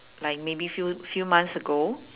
like maybe few few months ago